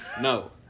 No